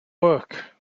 work